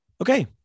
okay